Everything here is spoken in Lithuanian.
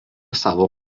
savo